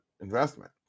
investment